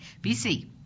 BC